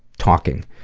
talking.